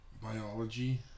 Biology